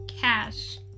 Cash